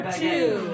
two